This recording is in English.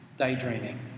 daydreaming